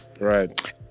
right